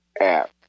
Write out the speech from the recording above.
app